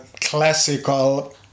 classical